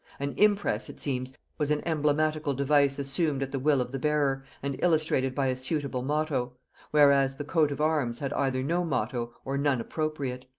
an impress, it seems, was an emblematical device assumed at the will of the bearer, and illustrated by a suitable motto whereas the coat of arms had either no motto, or none appropriate.